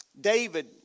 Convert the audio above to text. David